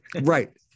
Right